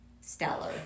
stellar